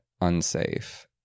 unsafe